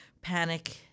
panic –